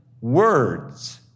words